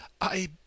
I